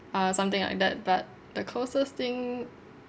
uh something like that but the closest thing